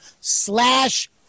slash